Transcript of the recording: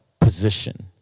position